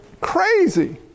crazy